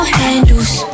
handles